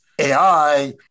AI